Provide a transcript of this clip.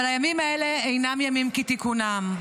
אבל הימים האלה אינם ימים כתיקונם,